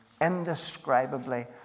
indescribably